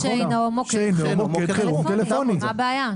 שאינו מוקד חירום טלפוני, מה הבעיה?